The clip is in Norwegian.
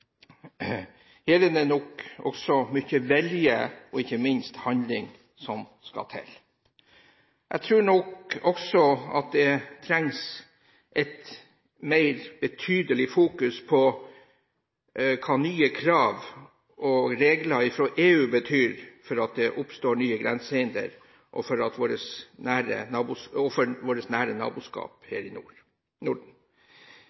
Her er det nok også mye vilje og ikke minst handling som skal til. Jeg tror nok også at det trengs et mer betydelig fokus på hva nye krav og regler fra EU betyr for at det oppstår nye grensehinder og for vårt nære